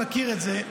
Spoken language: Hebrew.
מכיר את זה,